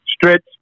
stretch